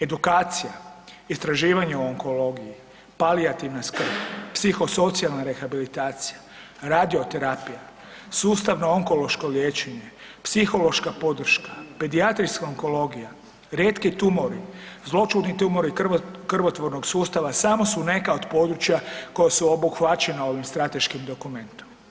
Edukacija, istraživanje o onkologiji, palijativna skrb, psihosocijalna rehabilitacija, radioterapija, sustavno onkološko liječenje, psihološka podrška, pedijatrijska onkologija, rijetki tumori, zloćudni tumori krvotvornog sustava samo su neka od područja koja su obuhvaćena ovim strateškim dokumentom.